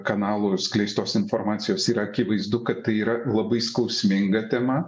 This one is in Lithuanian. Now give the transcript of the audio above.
kanalų skleistos informacijos yra akivaizdu kad tai yra labai skausminga tema